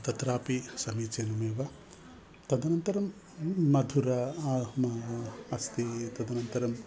तत्रापि समीचीनमेव तदनन्तरं मथुरा मा अस्ति तदनन्तरं